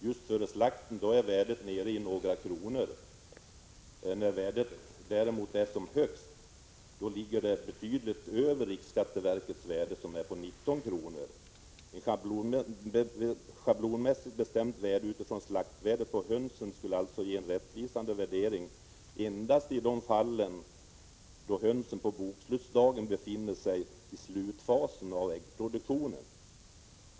Just före slakten är värdet nere i några kronor, men när det är som högst ligger det betydligt över riksskatteverkets värde, som är på 19 kr. Ett schablonmässigt bestämt värde utifrån slaktvärdet på hönsen skulle alltså ge en rättvisande värdering endast i de fall hönsen på bokslutsdagen befinner sig i slutfasen av äggproduktionen.